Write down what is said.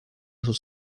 sus